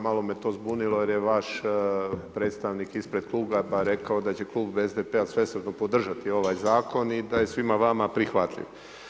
Malo me to zbunilo jer je vaš predstavnik ispred Kluba pa rekao da će Klub SDP-a svesrdno podržati ovaj zakon i da je svima vama prihvatljiv.